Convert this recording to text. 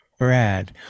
Brad